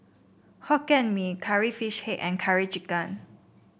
Hokkien Mee Curry Fish Head and Curry Chicken